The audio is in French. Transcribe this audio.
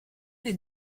des